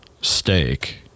steak